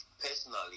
personally